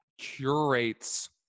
curates